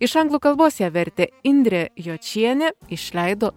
iš anglų kalbos ją vertė indrė jočienė išleido